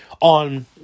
on